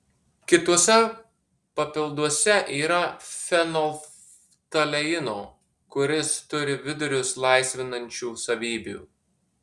kituose papilduose yra fenolftaleino kuris turi vidurius laisvinančių savybių